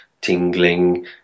tingling